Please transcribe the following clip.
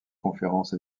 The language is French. conférences